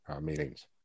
meetings